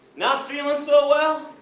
not feeling so well?